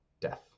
death